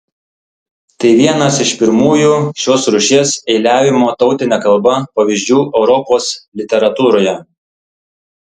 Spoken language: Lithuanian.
tai vienas iš pirmųjų šios rūšies eiliavimo tautine kalba pavyzdžių europos literatūroje